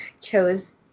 chose